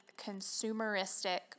consumeristic